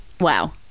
Wow